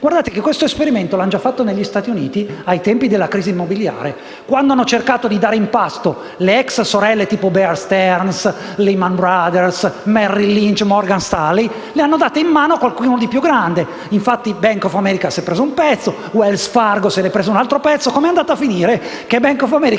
aveva meno. Questo esperimento è stato già fatto nel Stati Uniti ai tempi della crisi immobiliare, quando hanno cercato di dare in pasto le ex sorelle (come Bear Sterns, Lehman Brothers, Merril Lynch, Morgan Stanley) a qualcuno di più grande. Infatti Bank of America ne ha preso un pezzo e Wells Fargo se ne è preso un altro. È andata a finire che Bank of America